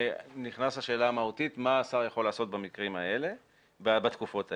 נשאלת השאלה המהותית מה השר יכול לעשות בתקופות האלה.